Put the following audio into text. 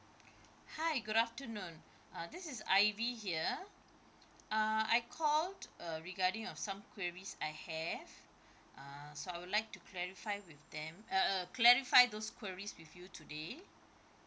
hi good afternoon uh this is ivy here uh I called uh regarding of some queries I have uh so I would like to clarify with them uh uh clarify those queries with you today